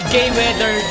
Gayweather